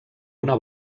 una